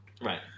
right